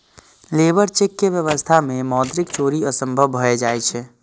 labour check के व्यवस्था मे मौद्रिक चोरी असंभव भए जाइ छै